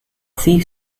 few